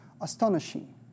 astonishing